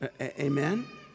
amen